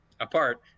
apart